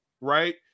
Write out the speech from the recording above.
right